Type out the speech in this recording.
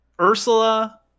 Ursula